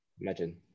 Imagine